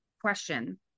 question